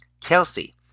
Kelsey